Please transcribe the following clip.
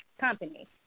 company